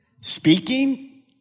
speaking